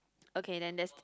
okay then that's